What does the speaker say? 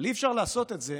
אבל אי-אפשר לעשות את זה